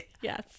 Yes